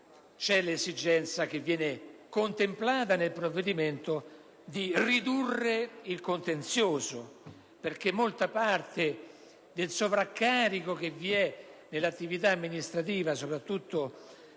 c'è l'esigenza, che viene contemplata nel provvedimento, di ridurre il contenzioso, perché molta parte del sovraccarico che vi è nell'attività amministrativa soprattutto